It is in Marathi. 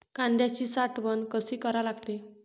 कांद्याची साठवन कसी करा लागते?